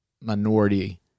minority